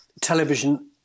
television